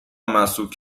مسدود